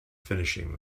finishing